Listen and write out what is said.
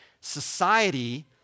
society